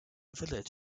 village